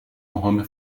نهم